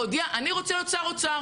הוא הודיע: אני רוצה להיות שר האוצר.